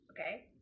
okay